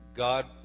God